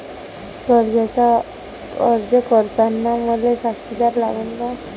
कर्जाचा अर्ज करताना मले साक्षीदार लागन का?